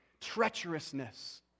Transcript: treacherousness